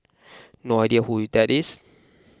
no idea who that is